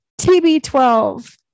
TB12